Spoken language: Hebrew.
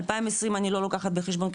2020 אני לא לוקחת בחשבון,